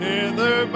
Hither